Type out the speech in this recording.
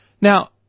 Now